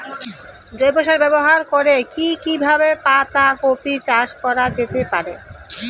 জৈব সার ব্যবহার কম করে কি কিভাবে পাতা কপি চাষ করা যেতে পারে?